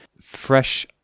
fresh